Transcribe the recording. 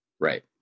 Right